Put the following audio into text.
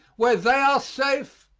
where they are safe,